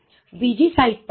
બીજી સાઇટ પણ આના જેવી જ છે